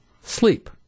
sleep